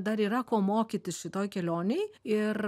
dar yra ko mokytis šitoj kelionėj ir